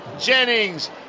Jennings